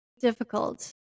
difficult